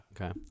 okay